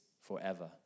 forever